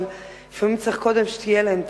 אבל לפעמים צריך קודם שתהיה להן תעסוקה.